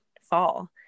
fall